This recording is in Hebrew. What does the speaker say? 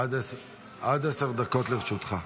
עד עשר דקות לרשותך.